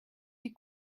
die